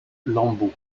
lambeaux